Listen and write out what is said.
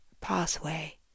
pathway